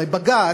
הרי בג"ץ,